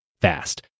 fast